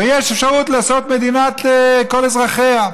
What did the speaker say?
ויש אפשרות לעשות מדינת כל אזרחיה.